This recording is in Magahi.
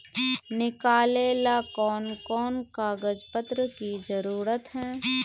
निकाले ला कोन कोन कागज पत्र की जरूरत है?